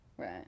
Right